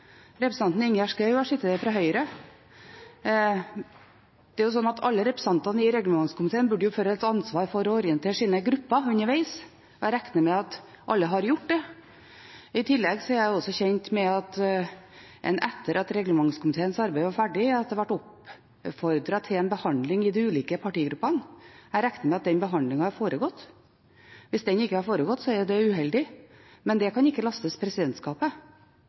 Representanten Knag Fylkesnes har sittet der for SV, representanten Ingjerd Schou har sittet der for Høyre. Alle representantene i reglementskomiteen burde føle et ansvar for å orientere sine grupper underveis, og jeg regner med at alle har gjort det. I tillegg er jeg kjent med at det etter at reglementskomiteens arbeid var ferdig, ble oppfordret til en behandling i de ulike partigruppene. Jeg regner med at den behandlingen har foregått. Hvis den ikke har foregått, er det uheldig, men det kan ikke lastes presidentskapet.